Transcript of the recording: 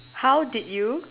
how did you